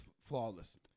flawless